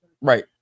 Right